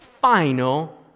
final